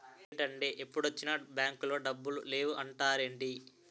ఏంటండీ ఎప్పుడొచ్చినా బాంకులో డబ్బులు లేవు అంటారేంటీ?